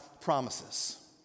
promises